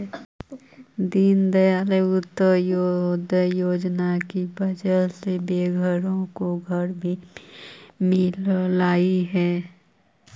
दीनदयाल अंत्योदय योजना की वजह से बेघरों को घर भी मिललई हे